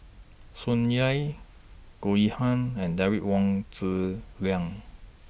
Tsung Yeh Goh Yihan and Derek Wong Zi Liang